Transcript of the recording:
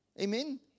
Amen